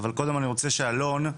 רוצה שאלון,